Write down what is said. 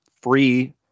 free